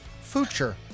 future